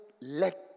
let